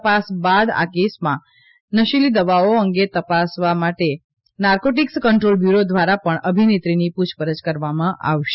તપાસ બાદઆ કેસમાં નશીળી દવાઓ અંગે તપાસવા માટે નાર્કોટિક્સ કંટ્રોલ બ્યુરો દ્વારાપણ અભિનેત્રીની પૂછપરછ કરવામાં આવશે